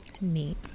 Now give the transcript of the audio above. neat